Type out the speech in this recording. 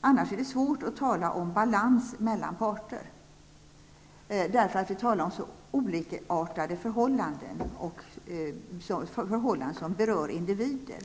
Annars är det svårt att tala om balans mellan parter eftersom vi talar om så olikartade förhållanden och förhållanden som berör individer.